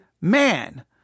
man